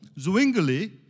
Zwingli